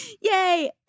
Yay